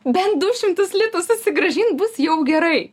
bent du šimtus litų susigrąžint bus jau gerai